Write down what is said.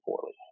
poorly